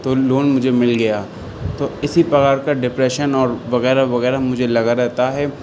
تو لون مجھے مل گیا تو اسی پرکار کا ڈپریشن اور وغیرہ وغیرہ مجھے لگا رہتا ہے